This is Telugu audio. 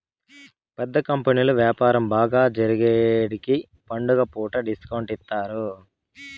పెద్ద కంపెనీలు వ్యాపారం బాగా జరిగేగికి పండుగ పూట డిస్కౌంట్ ఇత్తారు